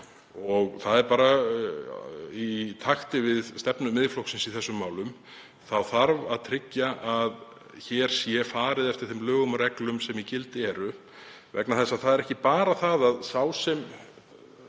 Það er í takt við stefnu Miðflokksins í þessum málum. Það þarf að tryggja að farið sé eftir þeim lögum og reglum sem í gildi eru vegna þess að það er ekki bara það að sá sem